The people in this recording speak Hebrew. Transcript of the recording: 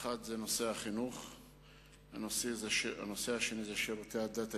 האחד, נושא החינוך והשני, שירותי הדת היהודיים.